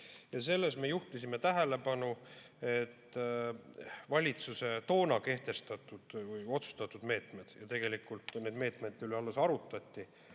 Selles me juhtisime tähelepanu, et valitsuse toona kehtestatud, otsustatud meetmed – tegelikult osa meetmete üle toona alles arutati